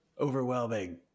overwhelming